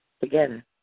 together